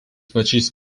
pačiais